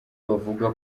bavuga